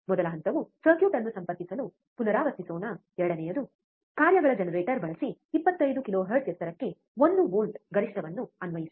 ಮೊದಲ ಹಂತವು ಸರ್ಕ್ಯೂಟ್ ಅನ್ನು ಸಂಪರ್ಕಿಸಲು ಪುನರಾವರ್ತಿಸೋಣ ಎರಡನೆಯದು ಕಾರ್ಯಗಳ ಜನರೇಟರ್ ಬಳಸಿ 25 ಕಿಲೋಹೆರ್ಟ್ಜ್ ಎತ್ತರಕ್ಕೆ ಒಂದು ವೋಲ್ಟ್ ಗರಿಷ್ಠವನ್ನು ಅನ್ವಯಿಸಿ